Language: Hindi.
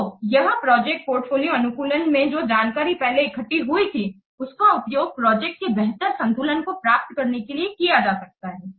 तो यहाँ प्रोजेक्ट पोर्टफोलियो अनुकूलन में जो जानकारी पहले इक्कठी हुई थी उनका उपयोग प्रोजेक्ट के बेहतर संतुलन को प्राप्त करने के लिए किया जा सकता है